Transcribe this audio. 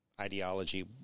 ideology